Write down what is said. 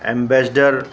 ambassador